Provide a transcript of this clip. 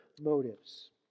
motives